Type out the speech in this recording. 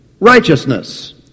Righteousness